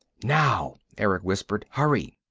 now, erick whispered. hurry.